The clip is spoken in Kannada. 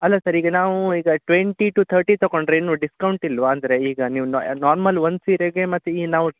ಅಲ್ಲ ಸರ್ ಈಗ ನಾವೂ ಈಗ ಟ್ವೆಂಟಿ ಟು ತರ್ಟಿ ತಗೋಂಡ್ರೆ ಏನು ಡಿಸ್ಕೌಂಟ್ ಇಲ್ವಾ ಅಂದರೆ ಈಗ ನೀವು ನಾರ್ಮಲ್ ಒಂದು ಸೀರೆಗೆ ಮತ್ತು ಈ ನಾವು